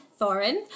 Thorin